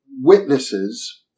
witnesses